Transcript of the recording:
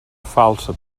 falsa